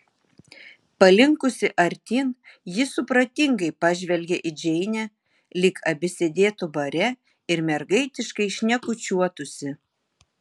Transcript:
palinkusi artyn ji supratingai pažvelgė į džeinę lyg abi sėdėtų bare ir mergaitiškai šnekučiuotųsi